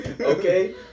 Okay